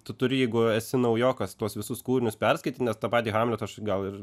tu turi jeigu esi naujokas tuos visus kūrinius perskaityt nes tą patį hamletą aš gal ir